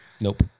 Nope